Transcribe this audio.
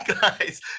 guys